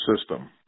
system